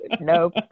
Nope